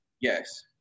yes